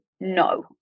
no